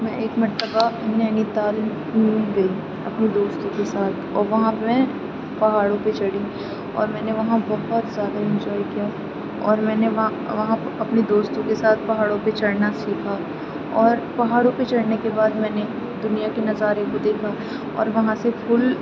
میں ایک مرتبہ نینی تال گھوم گئی اپنے دوستوں کے ساتھ اور وہاں پہ میں پہاڑوں پہ چڑھی اور میں نے وہاں بہت سارا انجوائے کیا اور میں نے وہاں وہاں اپنے دوستوں کے ساتھ پہاڑوں پہ چڑھنا سیکھا اور پہاڑوں پہ چڑھنے کے بعد میں نے دنیا کے نظارے کو دیکھا اور وہاں سے فل